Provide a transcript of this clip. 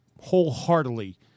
wholeheartedly